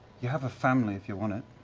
you have a family, if you want it.